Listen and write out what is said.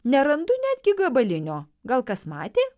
nerandu netgi gabalinio gal kas matė